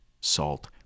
salt